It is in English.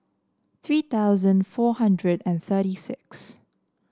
three thousand four hundred and thirty six